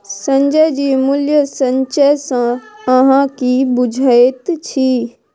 संजय जी मूल्य संचय सँ अहाँ की बुझैत छी?